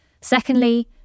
Secondly